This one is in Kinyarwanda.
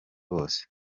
bose